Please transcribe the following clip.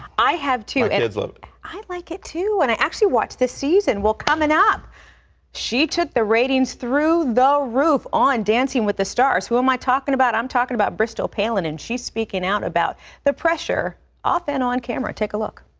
i have, too. my kids love it. i like it too. and i actually watched this season. well, coming up she took the ratings through the roof on, dancing with the stars. who am i talking about? i'm talking about bristol palin, and she's speaking out about the pressure off and on camera. take a look.